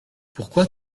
pourquoi